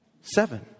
Seven